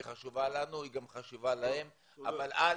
היא חשובה לנו והיא גם חשובה להם אבל אל